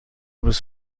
was